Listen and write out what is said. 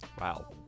Wow